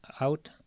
out